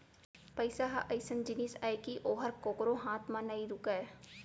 पइसा ह अइसन जिनिस अय कि ओहर कोकरो हाथ म नइ रूकय